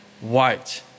white